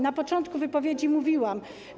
Na początku wypowiedzi to mówiłam.